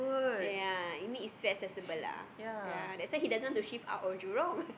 ya I mean it's so accessible lah ya that's why he doesn't want to shift out of Jurong